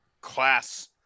class